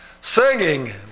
singing